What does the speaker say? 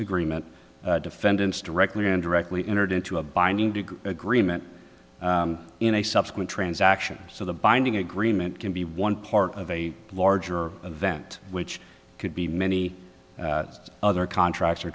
agreement defendants directly or indirectly entered into a binding to agreement in a subsequent transaction so the binding agreement can be one part of a larger event which could be many other contracts or